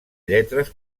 lletres